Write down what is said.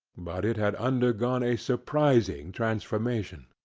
but it had undergone a surprising transformation.